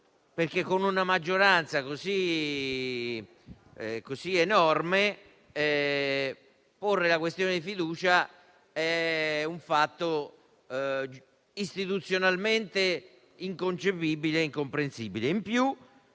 perché, con una maggioranza così enorme, porre la questione di fiducia è un fatto istituzionalmente inconcepibile e incomprensibile.